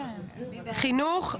חינוך?